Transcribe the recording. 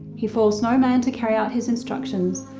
he forced no man to carry out his instructions,